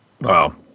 Wow